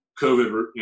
COVID